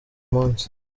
munsi